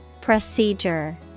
Procedure